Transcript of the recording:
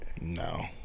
No